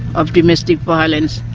of domestic violence,